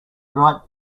right